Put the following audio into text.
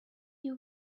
you